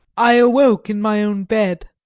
i awoke in my own bed.